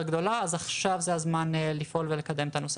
גדולה ועכשיו זה בדיוק הזמן לפעול ולקדם את הדברים בנושא הזה.